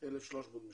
1,300 משתתפים.